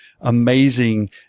amazing